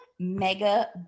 mega